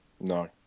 No